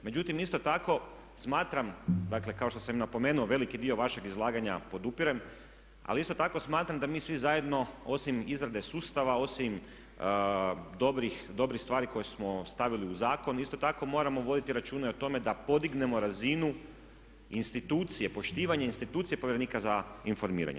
Međutim isto tako smatram, dakle kao što sam i napomenuo veliki dio vašeg izlaganja podupirem, ali isto tako smatram da mi svi zajedno osim izrade sustava, osim dobrih stvari koje smo stavili u zakon isto tako moramo voditi računa i o tome da podignemo razinu institucije, poštivanje institucije povjerenika za informiranje.